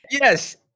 Yes